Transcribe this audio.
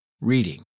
reading